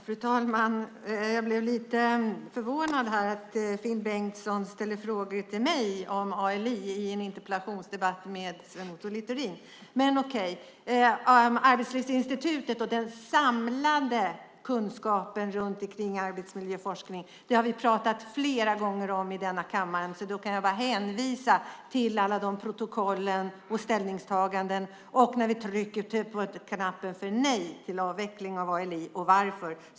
Fru talman! Jag blev lite förvånad över att Finn Bengtsson ställer frågor till mig om ALI i en interpellationsdebatt med Sven Otto Littorin, men det är okej. Arbetslivsinstitutet och den samlade kunskapen om arbetsmiljöforskning har vi pratat om flera gånger i den här kammaren. Jag kan bara hänvisa till de protokollen och till de ställningstaganden vi har gjort när vi trycker på knappen för ett nej till avveckling av ALI.